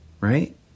right